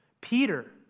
Peter